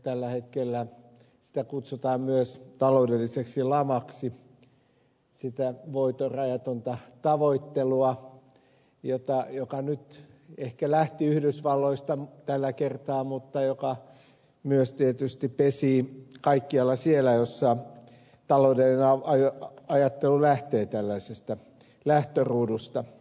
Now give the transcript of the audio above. tällä hetkellä sitä voiton rajatonta tavoittelua kutsutaan myös taloudelliseksi lamaksi sitä voiton rajatonta tavoittelua jotain joka nyt ehkä lähti yhdysvalloista tällä kertaa mutta joka myös tietysti pesii kaikkialla siellä missä taloudellinen ajattelu lähtee tällaisesta lähtöruudusta